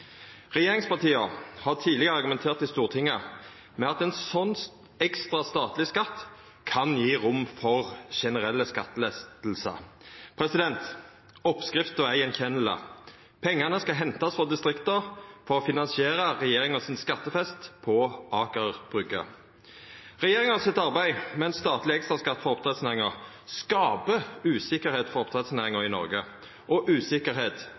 Regjeringspartia har tidlegare argumentert i Stortinget med at ein sånn statleg ekstraskatt kan gje rom for generelle skattelettar. Oppskrifta er attkjennande: Pengane skal hentast frå distrikta for å finansiera regjeringa sin skattefest på Aker Brygge. Regjeringa sitt arbeid med ein statleg ekstraskatt for oppdrettsnæringa skapar usikkerheit for oppdrettsnæringa i Noreg og usikkerheit